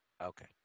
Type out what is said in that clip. Okay